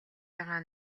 байгаа